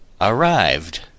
arrived